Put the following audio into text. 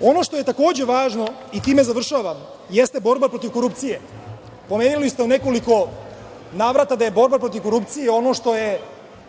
Ono što je takođe važno, time završavam, jeste borba protiv korupcije. Pomenuli ste u nekoliko navrata da je borba protiv korupcije ono što je